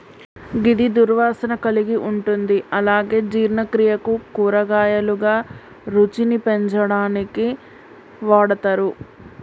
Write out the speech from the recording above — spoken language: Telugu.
గిది దుర్వాసన కలిగి ఉంటుంది అలాగే జీర్ణక్రియకు, కూరగాయలుగా, రుచిని పెంచడానికి వాడతరు